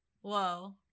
Whoa